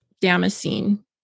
Damascene